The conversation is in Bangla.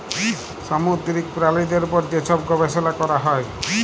সামুদ্দিরিক পেরালিদের উপর যে ছব গবেষলা ক্যরা হ্যয়